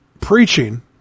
preaching